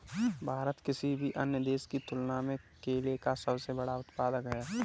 भारत किसी भी अन्य देश की तुलना में केले का सबसे बड़ा उत्पादक है